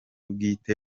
bwite